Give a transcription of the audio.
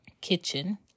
kitchen